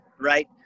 right